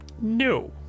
No